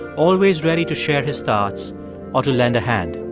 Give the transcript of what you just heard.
always ready to share his thoughts or to lend a hand.